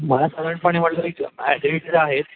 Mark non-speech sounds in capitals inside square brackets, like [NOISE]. मला साधारणपणे म्हटलं की [UNINTELLIGIBLE] आहेत